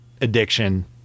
addiction